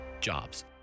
jobs